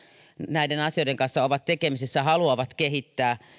näiden asioiden kanssa ovat tekemisissä haluavat kehittää